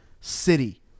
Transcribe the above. city